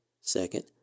second